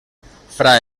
fra